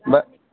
ब